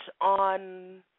on